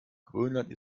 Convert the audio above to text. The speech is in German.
grönland